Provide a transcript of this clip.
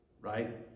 Right